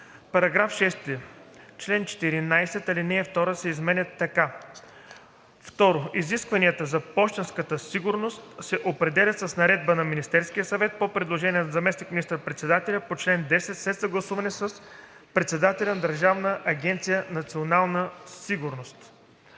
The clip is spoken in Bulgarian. § 6: „§ 6. В чл. 14 ал. 2 се изменя така: „(2) Изискванията за пощенската сигурност се определят с наредба на Министерския съвет по предложение на заместник министър-председателя по чл. 10 след съгласуване с председателя на Държавна агенция „Национална сигурност“.“